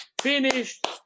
Finished